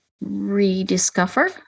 rediscover